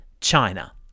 China